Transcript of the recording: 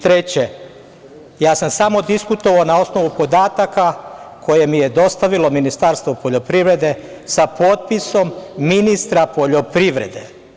Treće, ja sam samo diskutovao na osnovu podataka koje mi je dostavilo Ministarstvo poljoprivrede, sa potpisom ministra poljoprivrede.